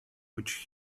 which